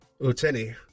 Uteni